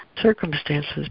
circumstances